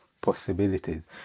possibilities